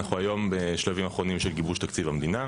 אנחנו היום בשלבים אחרונים של גיבוש תקציב המדינה.